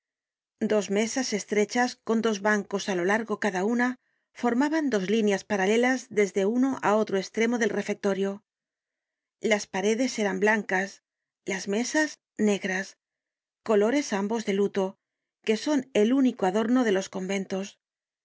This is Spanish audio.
dos mesas estrechas con dos bancos á lo largo cada una formaban dos líneas paralelas desde uno á otro estremo del refectorio las paredes eran blancas las mesas negras colores ambos de luto que son el único adorno de los conventos